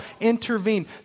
Intervene